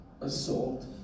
assault